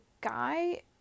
guy